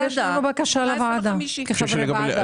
אז יש לנו בקשה לוועדה, כחברי ועדה.